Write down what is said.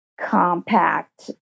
compact